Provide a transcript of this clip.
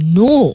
no